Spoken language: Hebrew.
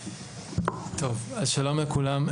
טוב, אז שלום לכולם.